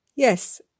Yes